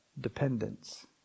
dependence